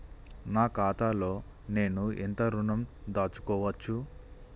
నా ఖాతాలో నేను ఎంత ఋణం దాచుకోవచ్చు?